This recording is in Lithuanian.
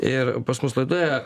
ir pas mus laidoje